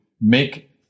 make